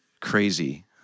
crazy